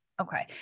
Okay